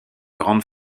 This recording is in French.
grande